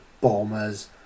Bombers